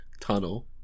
Tunnel